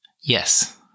Yes